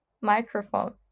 Microphone